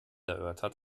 erörtert